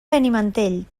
benimantell